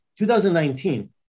2019